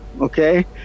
okay